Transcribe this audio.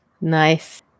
Nice